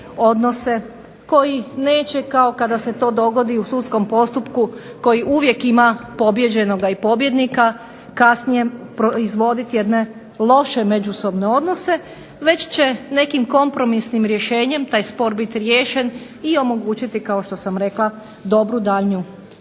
koji neće kao kada se to dogodi u sudskom postupku koji ima uvijek pobijeđenoga i pobjednika kasnije proizvoditi jedne loše međusobne odnose, već će nekim kompromisnim rješenjem taj spor biti riješen i omogućiti kao što sam rekla dobru daljnju